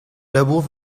labour